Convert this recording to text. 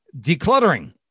decluttering